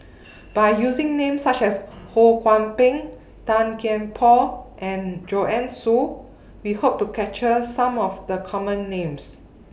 By using Names such as Ho Kwon Ping Tan Kian Por and Joanne Soo We Hope to capture Some of The Common Names